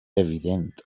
evident